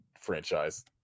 franchise